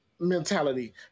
mentality